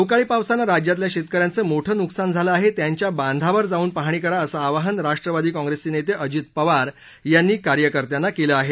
अवकाळी पावसानं राज्यातल्या शेतक यांचं मोठं नुकसान झालं आहे त्यांच्या बांधावर जाऊन पाहणी करा असं आवाहन राष्ट्रवादी कॉंप्रेसचे नेते अजित पवार यांनी कार्यकर्त्यांना केलं आहे